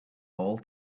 all